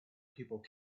people